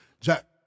Jack